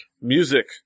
Music